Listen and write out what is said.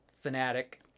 fanatic